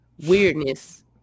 weirdness